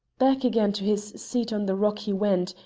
back again to his seat on the rock he went,